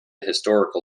historical